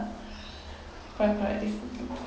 correct correct